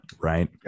Right